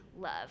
love